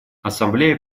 ассамблея